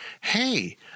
hey